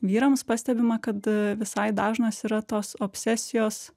vyrams pastebima kad a visai dažnos yra tos obsesijos